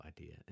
idea